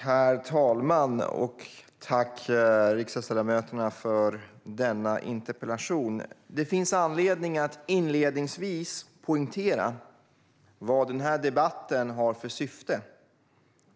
Herr talman! Tack, riksdagsledamöterna, för denna interpellationsdebatt! Det finns anledning att inledningsvis poängtera vad denna debatt har för syfte.